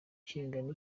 kingana